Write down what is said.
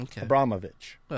Abramovich